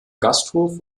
gasthof